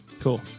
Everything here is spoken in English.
Cool